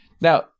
Now